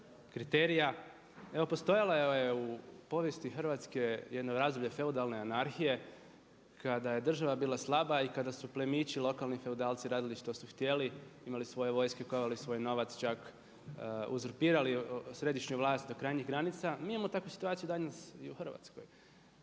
Evo postojalo je u povijesti Hrvatske jedno razdoblje feudalne anarhije kada je država bila slaba i kada su plemići, lokalni feudalci radili što su htjeli, imali svoje vojske, kovali svoj novac, čak uzurpirali središnju vlast do krajnjih granica. Mi imamo takvu situaciju danas i u Hrvatskoj.